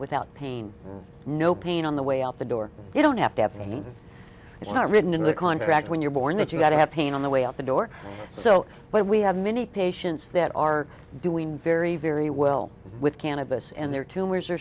without pain no pain on the way out the door you don't have to have pain it's not written in the contract when you're born that you've got to have pain on the way out the door so but we have many patients that are doing very very well with cannabis and their tumors